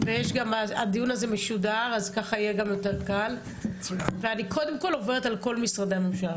הדברים מסונכרנים לגמרי ברמה המקצועית,